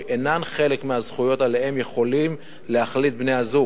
אינן חלק מהזכויות שעליהן יכולים להחליט בני-הזוג,